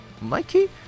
Mikey